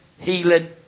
healing